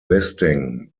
listing